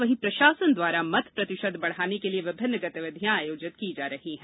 वहीं प्रशासन द्वारा मत प्रतिशत बढ़ाने के लिए विभिन्न गतिविधियां आयोजित की जा रही है